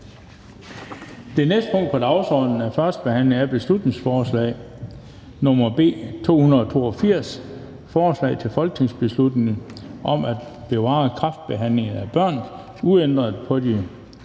Det næste punkt på dagsordenen er: 2) 1. behandling af beslutningsforslag nr. B 224: Forslag til folketingsbeslutning om ændring af dimensioneringen for optaget på